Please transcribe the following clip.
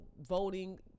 voting